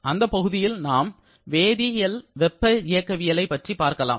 அந்தப் பகுதியில் நாம் வேதியல் வெப்ப இயக்கவியல் ஐ பற்றி பார்க்கலாம்